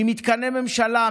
ממתקני ממשלה,